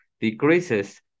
decreases